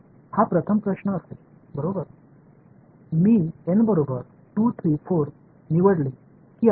நான் 2 3 4 க்கு சமமான n ஐ தேர்வு செய்ய வேண்டுமா